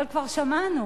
אבל כבר שמענו,